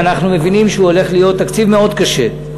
שאנחנו מבינים שהוא הולך להיות תקציב מאוד קשה.